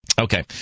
Okay